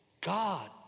God